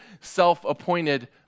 self-appointed